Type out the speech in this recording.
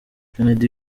kennedy